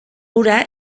hura